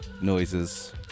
noises